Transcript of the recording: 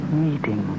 meeting